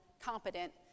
competent